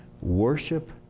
Worship